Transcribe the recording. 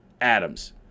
Adams